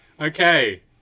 okay